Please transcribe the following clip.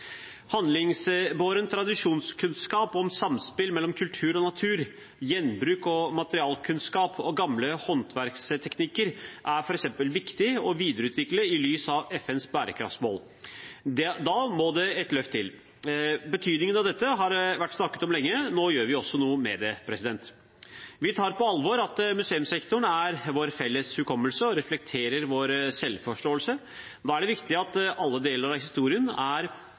Handlingsbåren tradisjonskunnskap om samspill mellom kultur og natur, gjenbruk og materialkunnskap og gamle håndverksteknikker er f.eks. viktig å videreutvikle i lys av FNs bærekraftsmål. Da må det et løft til. Betydningen av dette har det vært snakket om lenge, nå gjør vi også noe med det. Vi tar på alvor at museumssektoren er vår felles hukommelse og reflekterer vår selvforståelse. Da er det viktig at alle deler av historien er